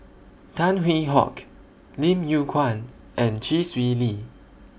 Tan Hwee Hock Lim Yew Kuan and Chee Swee Lee